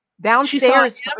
Downstairs